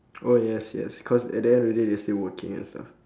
oh yes yes cause at the end of the day they're still working and stuff